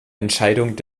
entscheidung